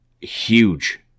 huge